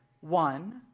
one